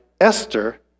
Esther